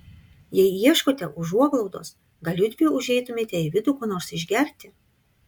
jei ieškote užuoglaudos gal judvi užeitumėte į vidų ko nors išgerti